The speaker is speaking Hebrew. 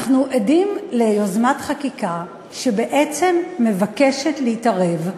אנחנו עדים ליוזמת חקיקה שבעצם מבקשת להתערב,